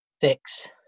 Six